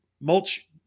mulch